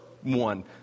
one